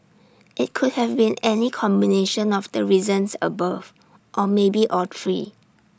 IT could have been any combination of the reasons above or maybe all three